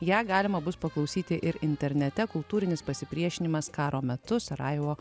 ją galima bus paklausyti ir internete kultūrinis pasipriešinimas karo metu sarajevo